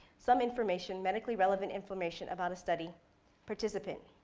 some information medically relevant information about a study participant.